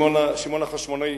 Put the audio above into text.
שמעון החשמונאי